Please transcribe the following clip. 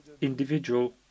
individual